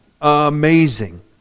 Amazing